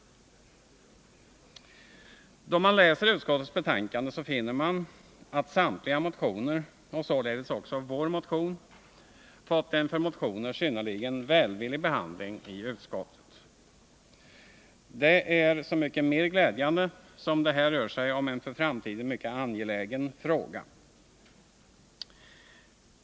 Då man läser utskottets betänkande finner man att samtliga motioner, således också vår motion, fått en för motioner synnerligen välvillig behandling av utskottet. Det är så mycket mer glädjande som det här rör sig om en för framtiden mycket angelägen fråga.